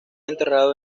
enterrado